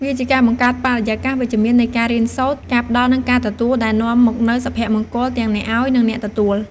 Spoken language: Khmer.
វាជាការបង្កើតបរិយាកាសវិជ្ជមាននៃការរៀនសូត្រ ការផ្ដល់ និងការទទួល ដែលនាំមកនូវសុភមង្គលទាំងអ្នកឱ្យ និងអ្នកទទួល។